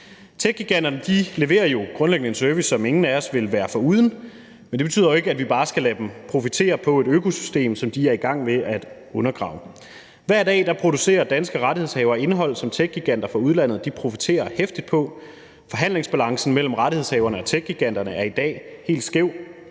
Techgiganterne leverer grundlæggende en service, som ingen af os vil være foruden, men det betyder jo ikke, at vi bare skal lade dem profitere af et økosystem, som de er i gang med at undergrave. Hver dag producerer danske rettighedshavere indhold, som techgiganter fra udlandet profiterer heftigt af. Forhandlingsbalancen mellem rettighedshaverne og techgiganterne er i dag helt skæv.